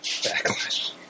Backlash